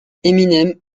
eminem